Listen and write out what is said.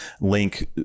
link